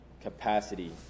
capacity